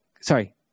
sorry